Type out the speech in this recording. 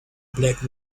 black